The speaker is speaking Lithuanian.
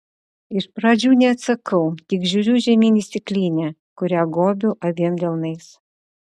iš pradžių neatsakau tik žiūriu žemyn į stiklinę kurią gobiu abiem delnais